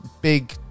big